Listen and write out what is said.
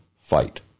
fight